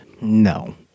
No